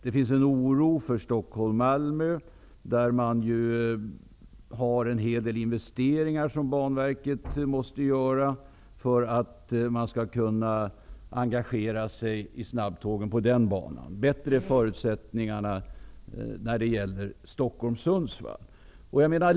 Det finns en oro för sträckan Stockholm--Malmö, eftersom Banverket har en hel del investeringar att göra för att man skall kunna engagera sig i snabbtågen på den banan. Förutsättningarna är bättre när det gäller sträckan Stockholm--Sundsvall.